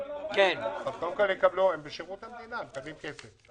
הם בשירות המדינה והם מקבלים כסף.